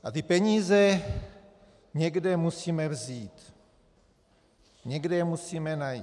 A ty peníze někde musíme vzít, někde je musíme najít.